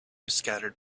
scattered